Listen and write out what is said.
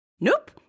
Nope